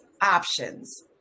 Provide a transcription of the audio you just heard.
options